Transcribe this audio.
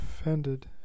offended